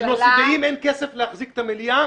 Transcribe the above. ואם אין כסף להחזיק את המליאה,